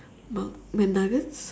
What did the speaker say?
mac~ mcnuggets